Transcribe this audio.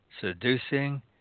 seducing